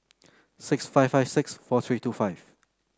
six five five six four three two five